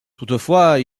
toutefois